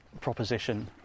proposition